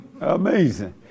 Amazing